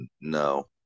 no